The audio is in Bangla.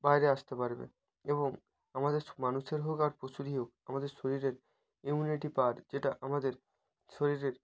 বাইরে আসতে পারবে এবং আমাদের মানুষের হোক আর পশুরই হোক আমাদের শরীরের ইমিউনিটি পাওয়ার যেটা আমাদের শরীরের